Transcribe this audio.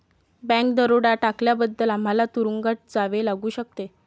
bank दरोडा टाकल्याबद्दल आम्हाला तुरूंगात जावे लागू शकते